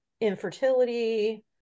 infertility